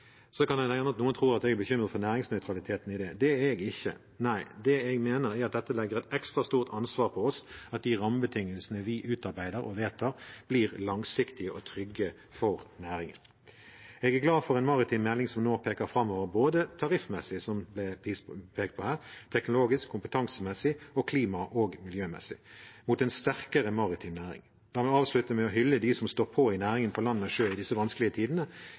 Så kan det hende at noen tror at jeg er bekymret for næringsnøytraliteten i det. Det er jeg ikke Nei, det jeg mener er at dette legger et ekstra stort ansvar på oss for at de rammebetingelsene vi utarbeider og vedtar, blir langsiktige og trygge for næringen. Jeg er glad for en maritim melding som nå peker framover både tariffmessig, som det er pekt på her, teknologisk, kompetansemessig og klima- og miljømessig – mot en sterkere maritim næring. La meg avslutte med å hylle dem som står på i næringen på land og sjø i disse vanskelige tidene,